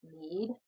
need